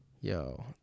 yo